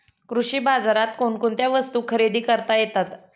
कृषी बाजारात कोणकोणत्या वस्तू खरेदी करता येतात